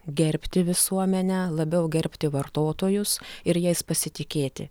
gerbti visuomenę labiau gerbti vartotojus ir jais pasitikėti